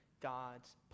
God's